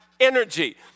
Energy